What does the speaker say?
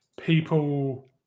people